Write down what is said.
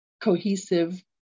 cohesive